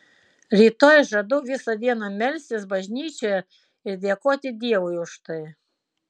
rytoj žadu visą dieną melstis bažnyčioje ir dėkoti dievui už tai